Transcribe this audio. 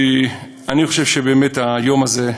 אני חושב שבאמת היום הזה,